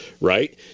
right